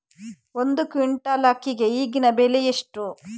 ಒಂದು ಕ್ವಿಂಟಾಲ್ ಅಕ್ಕಿಗೆ ಈಗಿನ ಬೆಲೆ ಎಷ್ಟು?